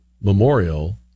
Memorial